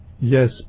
Yes